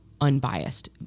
unbiased